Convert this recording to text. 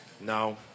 No